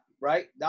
right